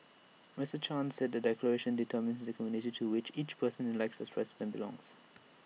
Mister chan said the declaration determines the community to which every person elected as president belongs